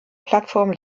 plattform